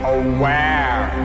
aware